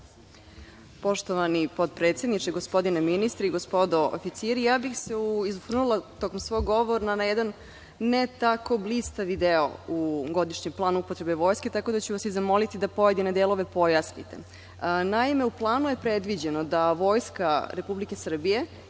Poštovani potpredsedniče, gospodine ministre i gospodo oficiri, osvrnula bih se tokom svog govora na jedan ne tako blistavi deo u godišnjem planu upotrebe vojske, tako da ću vas i zamoliti da pojedine delove pojasnite. Naime, u planu je predviđeno da Vojska Republike Srbije